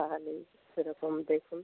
তাহলে সেরকম দেখুন